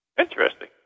interesting